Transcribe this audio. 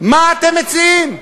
מה אתם מציעים?